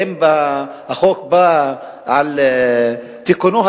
האם החוק בא על תיקונו?